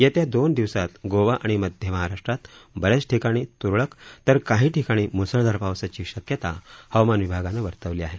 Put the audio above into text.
येत्या दोन दिवसात गोवा आणि मध्य महाराष्ट्रात ब याच ठिकाणी त्रळक तर काही ठिकाणी म्सळधार पावसाची शक्यता हवामान विभागानं वर्तवली आहे